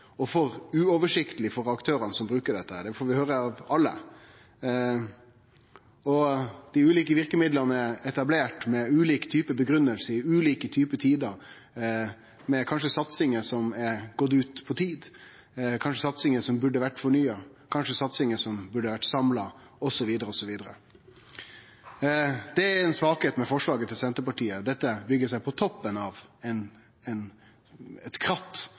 og for uoversiktleg for aktørane som brukar det. Det får vi høyre av alle. Dei ulike verkemidla er etablerte med ulik type grunngiving i ulike tider, kanskje med satsingar som er utgått på dato. Kanskje dette er satsingar som burde ha vore fornya, burde ha vore samla, osv. Det er ei svakheit med forslaget til Senterpartiet – dette byggjer seg på toppen av eit kratt